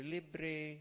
Libre